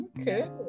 okay